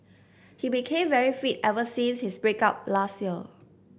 he became very fit ever since his break up last year